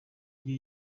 rye